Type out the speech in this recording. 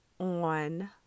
On